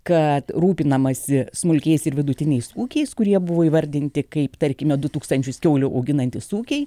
kad rūpinamasi smulkiais ir vidutiniais ūkiais kurie buvo įvardinti kaip tarkime du tūkstančius kiaulių auginantys ūkiai